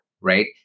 right